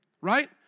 right